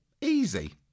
easy